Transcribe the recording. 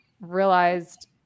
realized